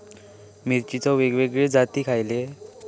मिरचीचे वेगवेगळे जाती खयले?